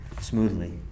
smoothly